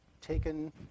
taken